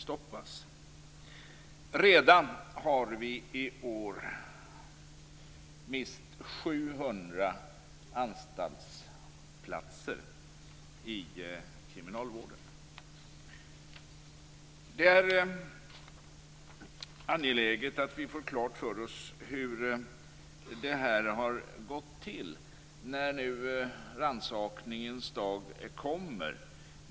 Vi har redan i år mist 700 anstaltsplatser i kriminalvården. Det är angeläget att vi får klart för oss hur det här har gått till, när rannsakningens dag kommer.